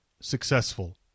successful